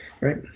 right